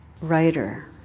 writer